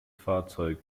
fahrzeug